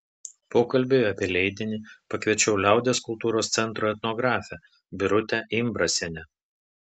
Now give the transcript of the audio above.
pokalbiui apie leidinį pakviečiau liaudies kultūros centro etnografę birutę imbrasienę